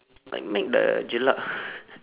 like mac sudah jelak ah